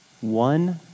One